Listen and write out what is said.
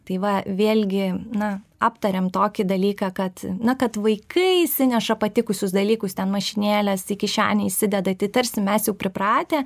tai va vėlgi na aptariam tokį dalyką kad na kad vaikai išsineša patikusius dalykus ten mašinėles į kišenę įsideda tai tarsi mes jau pripratę